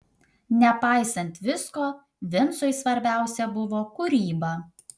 nepaisant visko vincui svarbiausia buvo kūryba